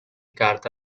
carta